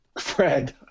Fred